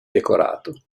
decorato